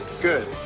Good